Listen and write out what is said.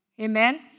Amen